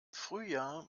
frühjahr